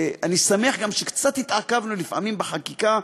אני שמח גם שקצת התעכבנו לפעמים בחקיקה,